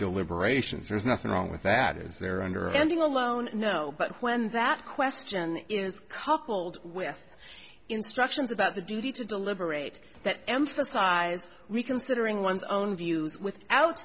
deliberations there's nothing wrong with that is there under ending alone no but when that question is coupled with instructions about the duty to deliberate that emphasize reconsidering one's own views without